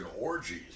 orgies